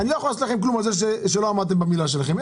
אני לא יכול לעשות לכם כלום על זה שלא עמדתם במילה שלכם,